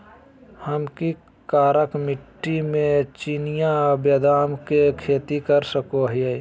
हम की करका मिट्टी में चिनिया बेदाम के खेती कर सको है?